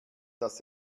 dass